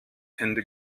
hände